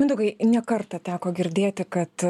mindaugai ne kartą teko girdėti kad